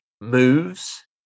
moves